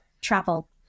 travel